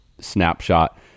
snapshot